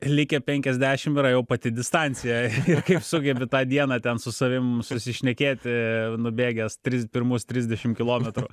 likę penkiasdešimt yra jau pati distancija ir kaip sugebi tą dieną ten su savim susišnekėti nubėgęs tris pirmus trisdešimt kilometrų